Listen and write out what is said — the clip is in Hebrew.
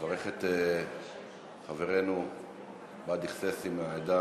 נברך את חברינו באדי חסייסי מהעדה